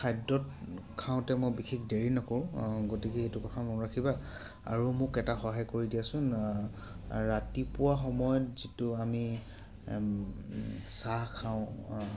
খাদ্যত খাওঁতে মই বিশেষ দেৰি নকৰোঁ গতিকে এইটো কথাও মনত ৰাখিবা আৰু মোক এটা সহায় কৰি দিয়াচোন ৰাতিপুৱা সময়ত যিটো আমি চাহ খাওঁ